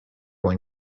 when